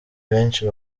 benshi